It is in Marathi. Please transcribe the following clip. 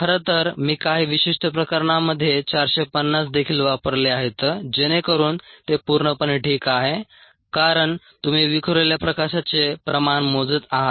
खरं तर मी काही विशिष्ट प्रकरणांमध्ये 450 देखील वापरले आहेत जेणेकरुन ते पूर्णपणे ठीक आहे कारण तुम्ही विखुरलेल्या प्रकाशाचे प्रमाण मोजत आहात